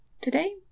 today